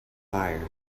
fire